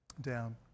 down